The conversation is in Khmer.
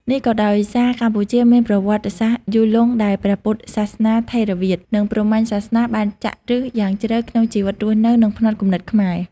នេះក៏ដោយសារកម្ពុជាមានប្រវត្តិសាស្ត្រយូរលង់ ដែលព្រះពុទ្ធសាសនាថេរវាទ និងព្រហ្មញ្ញសាសនាបានចាក់ឫសយ៉ាងជ្រៅក្នុងជីវិតរស់នៅ និងផ្នត់គំនិតខ្មែរ។